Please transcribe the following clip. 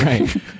right? (